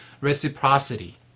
reciprocity